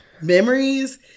memories